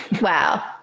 Wow